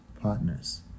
partners